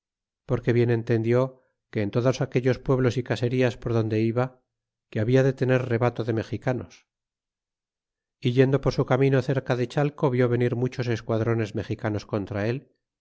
porque bien entendió que en todos aquellos pueblos y caserías por donde iba que habla de tener rebato de mexicanos ó yendo por su camino cerca de chalco rió venir muchos esquadrones mexicanos contra él